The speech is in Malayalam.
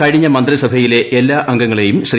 കഴിഞ്ഞ മന്ത്രിസഭയിലെ എല്ലാ അംഗങ്ങളെയും ശ്രീ